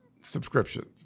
Subscription